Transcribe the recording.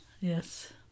Yes